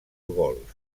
gols